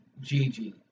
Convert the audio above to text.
Gigi